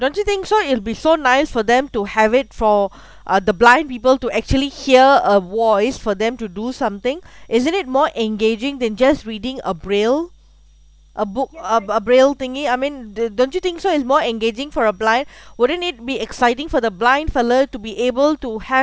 don't you think so it'll be so nice for them to have it for uh the blind people to actually hear a voice for them to do something isn't it more engaging than just reading a braille a book a a br~ braille thingy I mean don't don't you think so it's more engaging for a blind wouldn't it be exciting for the blind fellow to be able to have